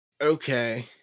Okay